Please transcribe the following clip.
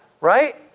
Right